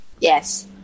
yes